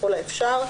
ככל האפשר,